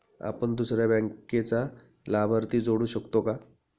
आपण दुसऱ्या बँकेचा लाभार्थी जोडू शकतो का?